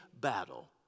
battle